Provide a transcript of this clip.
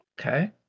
Okay